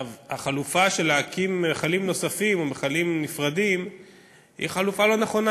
החלופה להקים מכלים נוספים או מכלים נפרדים היא חלופה לא נכונה,